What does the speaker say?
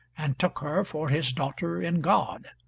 and took her for his daughter in god,